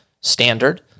standard